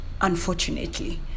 unfortunately